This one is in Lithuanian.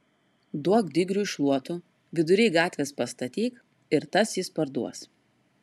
duok digriui šluotų vidury gatvės pastatyk ir tas jis parduos